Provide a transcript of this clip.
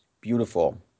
beautiful